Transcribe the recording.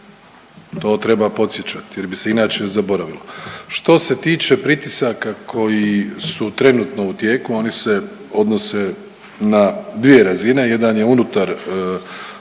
to treba podsjećat jer bi se inače zaboravilo. Što se tiče pritisaka koji su trenutno u tijeku oni se odnose na dvije razine, jedan je unutar